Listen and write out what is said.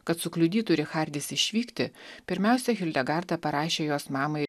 kad sukliudytų richardis išvykti pirmiausia hildegarda parašė jos mamai